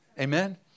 Amen